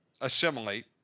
assimilate